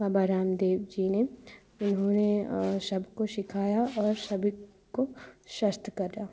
बाबा रामदेव जी ने उन्होंने सबको सिखाया और सभी को स्वस्थ करा